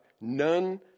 none